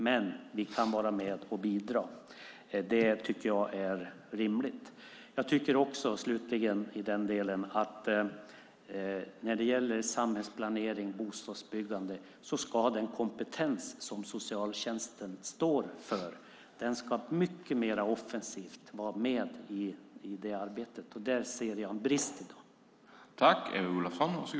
Men vi kan vara med och bidra. Det tycker jag är rimligt. När det gäller samhällsplanering och bostadsbyggande ska den kompetens som socialtjänsten står för vara med i arbetet mycket mer offensivt. Där ser jag en brist i dag.